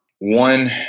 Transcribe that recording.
One